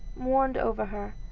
mourned over her,